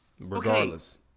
Regardless